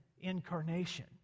incarnation